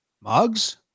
Mugs